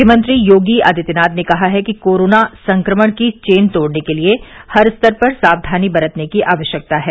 मुख्यमंत्री योगी आदित्यनाथ ने कहा है कि कोरोना संक्रमण की चेन तोड़ने के लिए हर स्तर पर सावधानी बरतने की आवश्यकता है